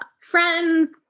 friends